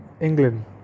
England